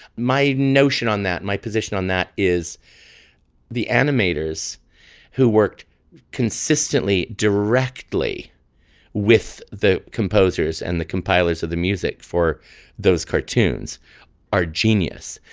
my notion on that my position on that is the animators who worked consistently directly with the composers and the compilers of the music for those cartoons are genius.